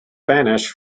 banished